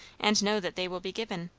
and know that they will be given.